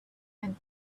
and